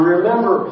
Remember